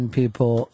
people